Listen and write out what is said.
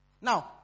Now